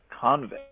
convict